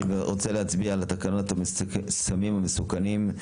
אני רוצה להצביע על תקנת הסמים המסוכנים,